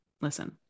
listen